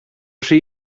rhy